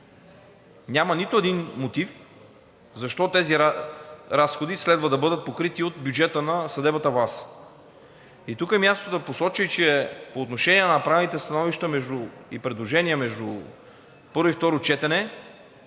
Няма нито един мотив защо тези разходи следва да бъдат покрити от бюджета на съдебната власт. И тук е мястото да посоча, че по отношение на направените становища и предложения между първо и второ четене